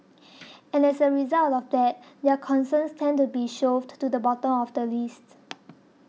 and as a result of that their concerns tend to be shoved to the bottom of the list